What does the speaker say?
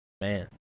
man